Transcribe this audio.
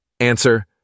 Answer